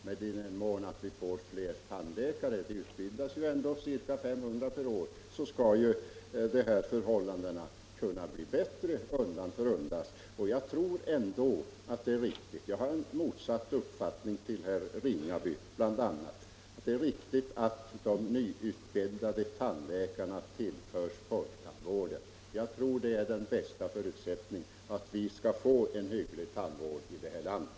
Men i den mån vi får fler tandläkare — och det utbildas ju ändå ca 500 per år — skall väl förhållandena bli bättre undan för undan. Och jag tror ändå — där har jag en annan uppfattning än herr Ringaby — att det är riktigt att de nyutbildade tandläkarna tillförs folktandvården. Det tror jag är den bästa vägen för att vi skall få en hygglig tandvård här i landet.